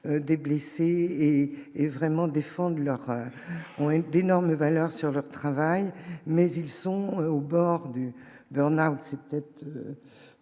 des blessés et et vraiment défendu leur point d'énormes valeur sur leur travail, mais ils sont au bord du Bernard c'est peut-être